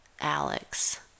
alex